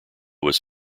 was